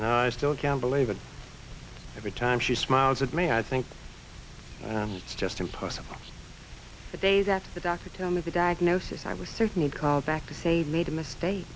and i still can't believe it every time she smiles at me i think and it's just impossible the days after the doctor tell me the diagnosis i was certainly called back to say made a mistake